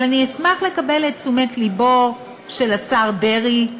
אבל אני אשמח לקבל את תשומת לבו של השר דרעי,